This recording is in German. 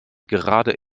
gerade